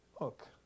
Look